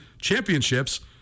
championships